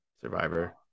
survivor